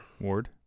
Ward